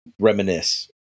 reminisce